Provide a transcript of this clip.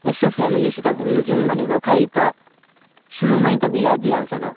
यसो फ्यामिलीसित घुम्नु जाउँ भनेको खोइ त सुरुमै त बिगारिदिइहाल्छ त